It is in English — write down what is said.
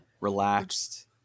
relaxed